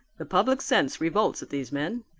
the public sense revolts at these men.